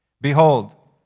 Behold